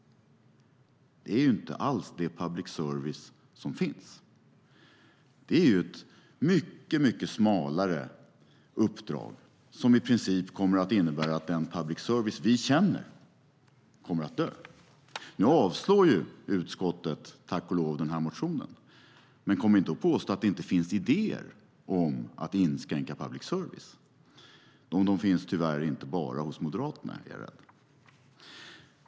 Det är ju inte alls det public service som finns. Det är ett mycket smalare uppdrag som i princip kommer att innebära att den public service som vi känner kommer att dö. Nu avslår utskottet, tack och lov, motionen. Men kom inte och påstå att det inte finns idéer om att inskränka public service! Och de finns tyvärr inte bara hos Moderaterna, är jag rädd.